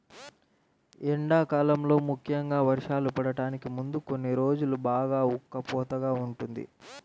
ఎండాకాలంలో ముఖ్యంగా వర్షాలు పడటానికి ముందు కొన్ని రోజులు బాగా ఉక్కపోతగా ఉంటుంది